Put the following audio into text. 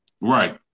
Right